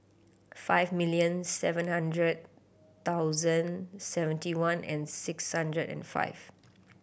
five million seven hundred thousand seventy one and six hundred and five